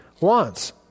wants